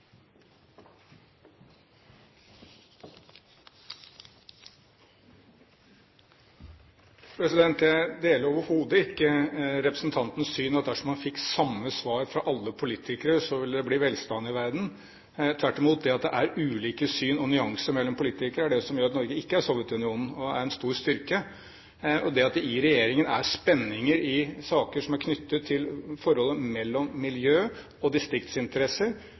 Jeg deler overhodet ikke representantens syn – at dersom han fikk samme svar fra alle politikere, så ville det bli velstand i verden. Tvert imot – det at det er ulike syn og nyanser mellom politikere, er det som gjør at Norge ikke er Sovjetunionen. Det er en stor styrke. Det at det i regjeringen er spenninger i saker som er knyttet til forholdet mellom miljø- og distriktsinteresser,